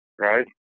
right